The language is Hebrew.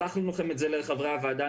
שלחנו את זה לחברי הוועדה,